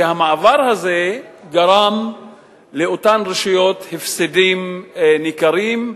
שהמעבר הזה גרם לאותן רשויות הפסדים ניכרים.